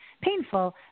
painful